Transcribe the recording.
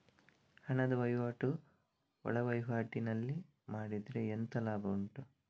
ಹಣದ ವಹಿವಾಟು ಒಳವಹಿವಾಟಿನಲ್ಲಿ ಮಾಡಿದ್ರೆ ಎಂತ ಲಾಭ ಉಂಟು?